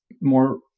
more